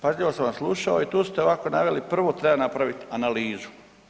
Pažljivo sam vas slušao i tu ste ovako naveli, prvo treba napraviti analizu.